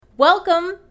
Welcome